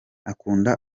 akunda